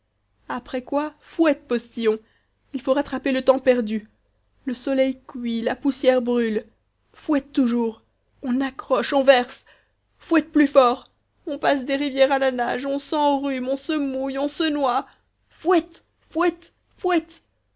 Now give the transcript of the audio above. après quoi fouette postillon il faut rattraper le temps perdu le soleil cuit la poussière brûle fouette toujours on accroche on verse fouette plus fort on passe des rivières à la nage on s'enrhume on se mouille on se noie fouette fouette fouette